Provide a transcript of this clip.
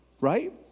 Right